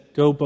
Go